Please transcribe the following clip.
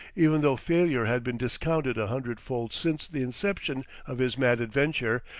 even though failure had been discounted a hundredfold since the inception of his mad adventure,